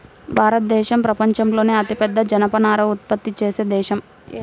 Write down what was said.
భారతదేశం ప్రపంచంలోనే అతిపెద్ద జనపనార ఉత్పత్తి చేసే దేశం